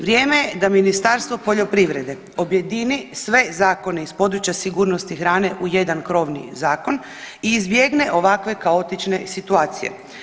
Vrijeme je da Ministarstvo poljoprivrede objedini sve zakone iz područja sigurnosti hrane u jedan krovni zakon i izbjegne ovakve kaotične situacije.